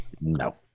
No